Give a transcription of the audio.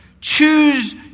Choose